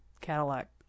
Cadillac